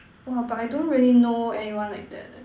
!wah! but I don't really know anyone like that leh